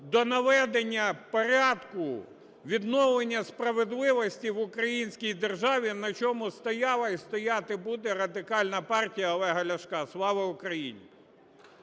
до наведення порядку, відновлення справедливості в українській державі, на чому стояла і стояти буде Радикальна партія Олега Ляшка. Слава Україні!